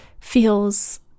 feels